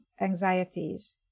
anxieties